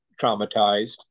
traumatized